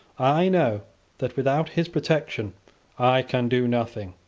i know that without his protection i can do nothing.